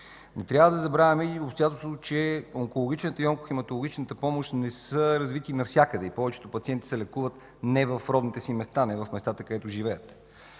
Не трябва да забравяме и обстоятелството, че онкологичната и онкохематологичната помощ не са развити навсякъде и повечето пациенти се лекуват не в родните си места, не в местата, където живеят.